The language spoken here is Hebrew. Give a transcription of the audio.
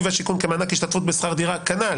והשיכון כמענק השתתפות בשכר דירה כנ"ל